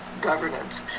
governance